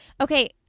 Okay